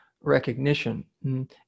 recognition